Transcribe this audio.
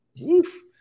Woof